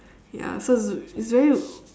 ya so it's it's very